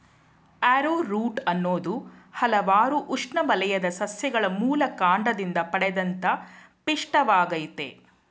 arrowroot ಅನ್ನೋದು ಹಲ್ವಾರು ಉಷ್ಣವಲಯದ ಸಸ್ಯಗಳ ಮೂಲಕಾಂಡದಿಂದ ಪಡೆದಂತ ಪಿಷ್ಟವಾಗಯ್ತೆ